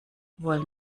wollen